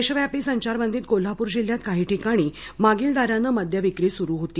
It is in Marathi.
देशव्यापी संचारबंदीत कोल्हापूर जिल्ह्यात काही ठिकाणी मागीलदारानं मद्यविक्री सुरू होती